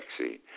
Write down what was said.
vaccine